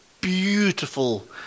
Beautiful